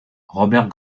robert